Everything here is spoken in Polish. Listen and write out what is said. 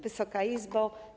Wysoka Izbo!